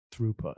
throughput